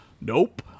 nope